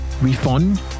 refund